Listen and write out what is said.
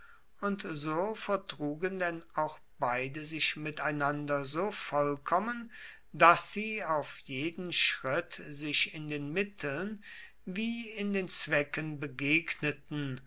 und so vertrugen denn auch beide sich miteinander so vollkommen daß sie auf jeden schritt sich in den mitteln wie in den zwecken begegneten